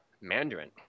Mandarin